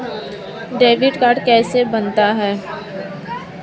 Debit card कैसे बनता है?